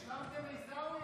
השלמתם, עיסאווי?